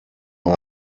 mal